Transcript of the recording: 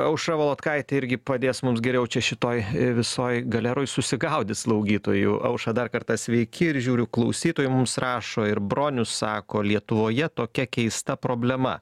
aušra valatkaitė irgi padės mums geriau čia šitoj visoj galeroj susigaudyt slaugytojų aušra dar kartą sveiki ir žiūriu klausytojai mums rašo ir bronius sako lietuvoje tokia keista problema